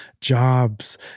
jobs